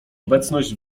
obecność